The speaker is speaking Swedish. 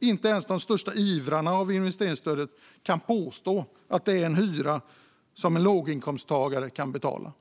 Inte ens de största ivrarna av investeringsstödet kan påstå att det är en hyra som en låginkomsttagare kan betala.